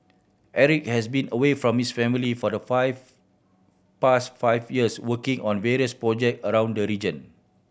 Eric has been away from his family for the five past five years working on various project around the region